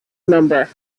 number